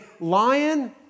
lion